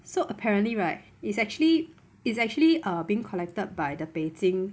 so apparently right it's actually it's actually uh being collected by the beijing